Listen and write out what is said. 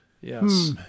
yes